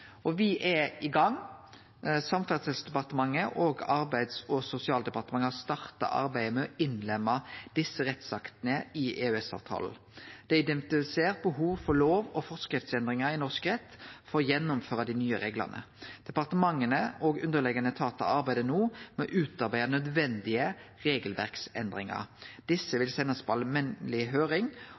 er i gang. Samferdselsdepartementet og Arbeids- og sosialdepartementet har starta arbeidet med å innlemme desse rettsaktene i EØS-avtalen. Det er identifisert behov for lov- og forskriftsendringar i norsk rett for å gjennomføre dei nye reglane. Departementa og underliggjande etatar arbeider no med å utarbeide nødvendige regelverksendringar. Desse vil bli sende på